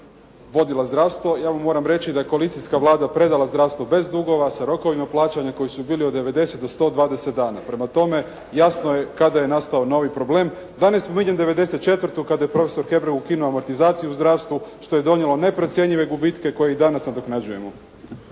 vodila zdravstvo, ja vam moram reći da je koalicijska Vlada predala zdravstvo bez dugova sa rokovima plaćanja koji su bili od 90 do 120 dana. Prema tome jasno je kada je nastao novi problem da ne spominjem 94. kada je prof. Hebrang ukinuo amortizaciju u zdravstvu što je donijelo neprocjenjive gubitke koje i danas nadoknađujemo.